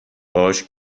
باهاش